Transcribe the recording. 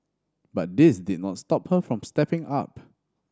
but this did not stop her from stepping up